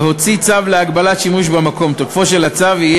יהיה רשאי להוציא צו להגבלת שימוש במקום.